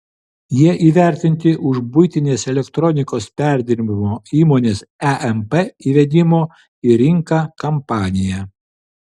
jie įvertinti už buitinės elektronikos perdirbimo įmonės emp įvedimo į rinką kampaniją